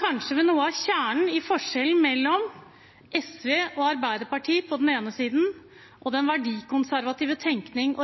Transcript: kanskje ved noe av kjernen i forskjellen mellom SV og Arbeiderpartiet på den ene siden og den verdikonservative tenkning